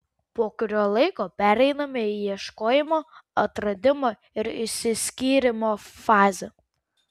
po kurio laiko pereinama į ieškojimo atradimo ir išsiskyrimo fazę